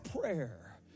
prayer